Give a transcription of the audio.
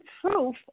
proof